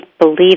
believe